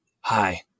Hi